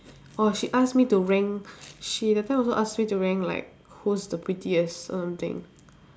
oh she ask me to rank she that time also ask me to rank like who's the prettiest or something